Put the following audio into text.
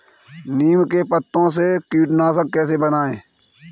नीम के पत्तों से कीटनाशक कैसे बनाएँ?